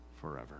forever